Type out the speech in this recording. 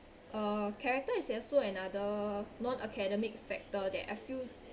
uh character is also another non academic factor that I feel